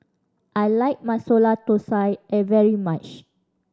I like Masala Thosai a very much